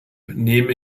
nehme